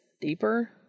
deeper